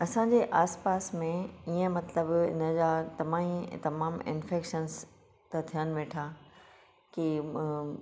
असां जे आस पास में ईंएं मतिलब इन जा तमाइ तमाम इन्फेक्शन्स था थियनि वेठा कि